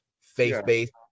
faith-based